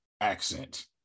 accent